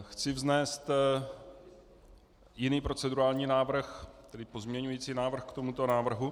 Chci vznést jiný procedurální návrh, tedy pozměňující návrh k tomuto návrhu.